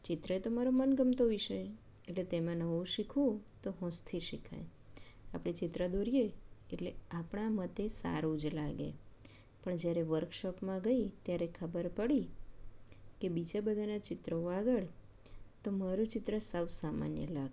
ચિત્ર તો મારો મનગમતો વિષય એટલે તેમાં નવું શીખવું તો હોંશથી શિખવું આપણે ચિત્ર દોરીએ એટલે આપણામાં તે સારું જ લાગે પણ જ્યારે વર્કશોપમાં ગઈ ત્યારે ખબર પડી કે બીજા બધાના ચિત્રો આગળ તો મારું ચિત્ર સાવ સામાન્ય હતું